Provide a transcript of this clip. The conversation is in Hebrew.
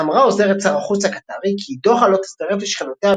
אמרה עוזרת שר החוץ הקטרי כי "דוחה לא תצטרף לשכנותיה